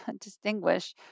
distinguish